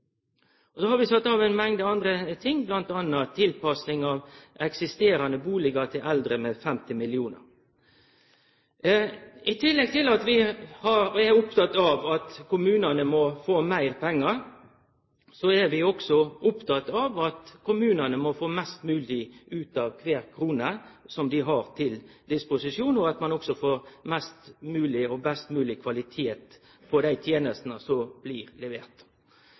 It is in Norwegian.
så har vi sett av til ei mengd andre ting, m.a. til tilpassing av eksisterande bustader for eldre 50 mill. kr. I tillegg til at vi er opptekne av at kommunane må få meir pengar, er vi opptekne av at kommunane må få mest mogleg ut av kvar krone som dei har til disposisjon, og at ein òg får best mogleg kvalitet på dei tenestene som blir